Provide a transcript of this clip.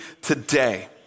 today